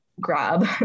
grab